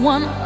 One